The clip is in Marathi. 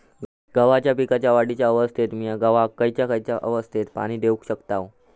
गव्हाच्या पीक वाढीच्या अवस्थेत मिया गव्हाक खैयचा खैयचा अवस्थेत पाणी देउक शकताव?